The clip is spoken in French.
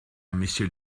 monsieur